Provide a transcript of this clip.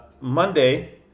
Monday